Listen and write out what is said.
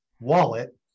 wallet